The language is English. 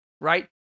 right